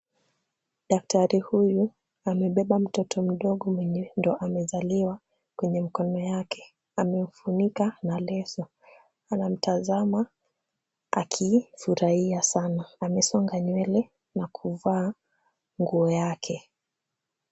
Daktari huyu, amebeba mtoto mdogo mwenye amezaliwa kwenye mikono yake. Amemfunika na leso, anamtazama akifurahia sana. Amesonga nywele na kuvaa nguo yake.